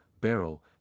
barrel